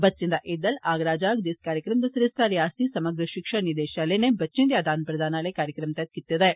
बच्चें दा एह् दल आगरा जाग इस कार्यक्रम दा सरिस्तां रियासतीं समग्र षिक्षा निदेषालय नै बच्चें दे आदान प्रदान आह्ले कार्यक्रम तैह्त कीता ऐ